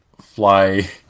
fly